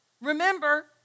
remember